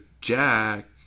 Jack